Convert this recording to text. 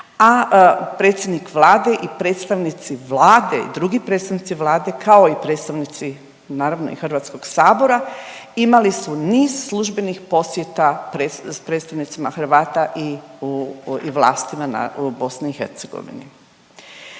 a predsjednik Vlade i predstavnici Vlade i drugi predstavnici Vlade kao i predstavnici naravno i Hrvatskog sabora imali su niz službenih posjeta s predstavnicima Hrvata i vlastima BiH. Želim